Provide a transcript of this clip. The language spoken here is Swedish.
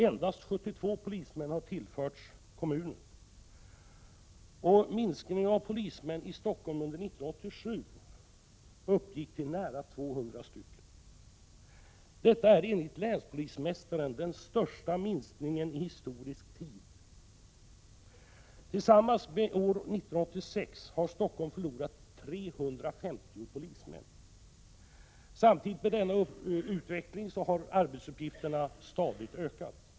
Endast 72 polismän har tillförts kommunen. Minskningen av antalet polismän i Stockholm under 1987 uppgick till nära 200. Detta är enligt länspolismästaren den största minskningen i historisk tid. Under åren 1986 och 1987 har Stockholm sammanlagt förlorat 350 polismän. Samtidigt med denna utveckling har arbetsuppgifterna stadigt ökat.